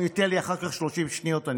ואם הוא ייתן לי 30 שניות אחר כך,